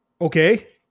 Okay